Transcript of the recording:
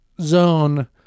zone